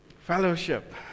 Fellowship